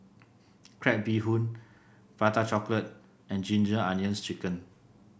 Crab Bee Hoon Prata Chocolate and Ginger Onions chicken